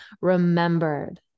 remembered